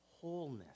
wholeness